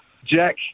Jack